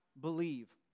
believe